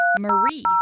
Marie